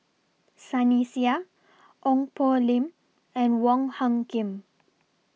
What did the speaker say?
Sunny Sia Ong Poh Lim and Wong Hung Khim